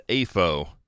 AFO